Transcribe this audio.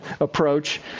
approach